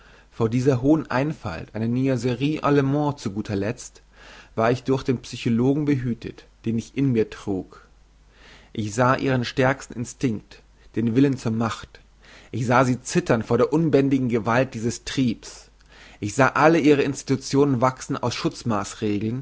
vor dieser hohen einfalt einer niaiserie allemande zu guterletzt war ich durch den psychologen behütet den ich in mir trug ich sah ihren stärksten instinkt den willen zur macht ich sah sie zittern vor der unbändigen gewalt dieses triebs ich sah alle ihre institutionen wachsen aus